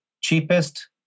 cheapest